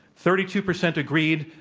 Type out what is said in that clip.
thirty two percent agreed,